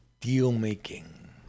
deal-making